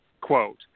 quote